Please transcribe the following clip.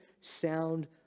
sound